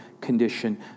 condition